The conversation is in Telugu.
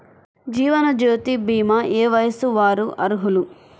జీవనజ్యోతి భీమా ఏ వయస్సు వారు అర్హులు?